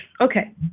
Okay